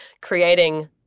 creating